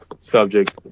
subject